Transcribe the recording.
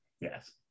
Yes